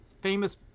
famous